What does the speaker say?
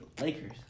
Lakers